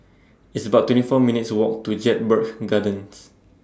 It's about twenty four minutes' Walk to Jedburgh Gardens